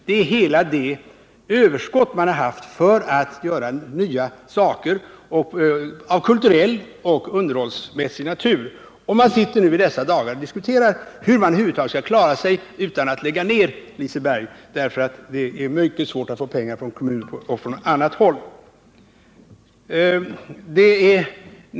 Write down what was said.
Det är hela det överskott man har haft för att kunna göra nya saker av kulturell och underhållsmässig natur, och man sitter i dessa dagar och diskuterar hur man över huvud taget skall klara sig och inte behöva lägga ner Liseberg, därför att det är mycket svårt att få pengar från kommunen och från annat håll.